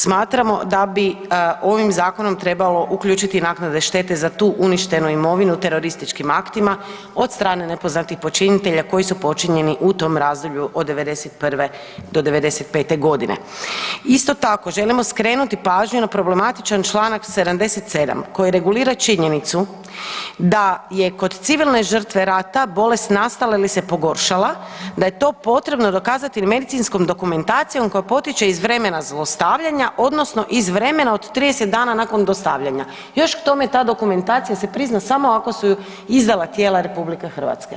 Smatramo da bi ovim zakonom trebalo uključiti naknade štete za tu uništenu imovinu terorističkim aktima od strane nepoznatih počinitelja koji su počinjeni u tom razdoblju od '91. do '95.g. Isto tako želimo skrenuti pažnju na problematičan čl. 77. koji regulira činjenicu da je kod civilne žrtve rata bolest nastala ili se pogoršala da je to potrebno dokazati medicinskom dokumentacijom koja potiče iz vremena zlostavljanja odnosno iz vremena od 30 dana nakon dostavljanja, još k tome ta dokumentacija se prizna samo ako su je izdala tijela RH.